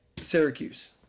Syracuse